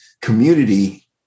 Community